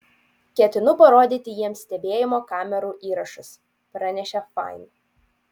ketinu parodyti jiems stebėjimo kamerų įrašus pranešė fain